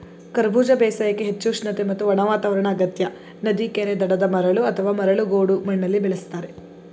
ಕರಬೂಜ ಬೇಸಾಯಕ್ಕೆ ಹೆಚ್ಚು ಉಷ್ಣತೆ ಮತ್ತು ಒಣ ವಾತಾವರಣ ಅಗತ್ಯ ನದಿ ಕೆರೆ ದಡದ ಮರಳು ಅಥವಾ ಮರಳು ಗೋಡು ಮಣ್ಣಲ್ಲಿ ಬೆಳೆಸ್ತಾರೆ